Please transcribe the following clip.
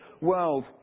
world